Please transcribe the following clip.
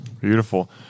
beautiful